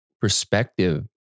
perspective